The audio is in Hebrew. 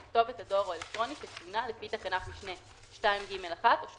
אל כתובת דואר אלקטרוני שצוינה לפי תקנת משנה 2(ג)(1) או 8(ב)(1),